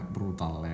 Brutal